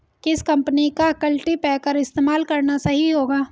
किस कंपनी का कल्टीपैकर इस्तेमाल करना सही होगा?